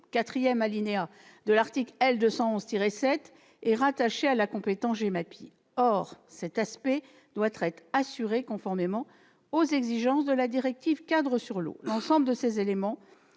si le 4° de l'article précité était rattaché à la compétence GEMAPI. Or cet aspect doit être assuré, conformément aux exigences de la directive-cadre sur l'eau. L'ensemble de ces éléments